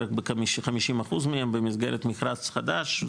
בערך ב-50% מהם במסגרת מכרז חדש,